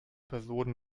personen